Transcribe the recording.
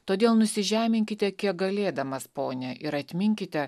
todėl nusižeminkite kiek galėdamas pone ir atminkite